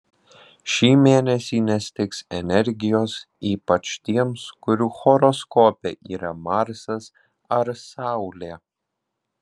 šį mėnesį nestigs energijos ypač tiems kurių horoskope yra marsas ar saulė